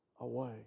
away